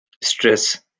stress